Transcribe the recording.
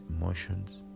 emotions